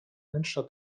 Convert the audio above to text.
wnętrza